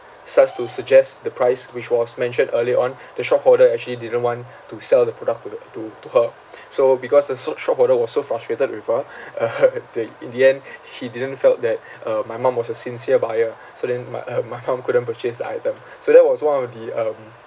starts to suggest the price which was mentioned earlier on the shop holder actually didn't want to sell the product to the to to her so because the so~ shop holder was so frustrated with her they in the end he didn't felt that uh my mum was a sincere buyer so then my uh my mum couldn't purchase the item so that was one of the um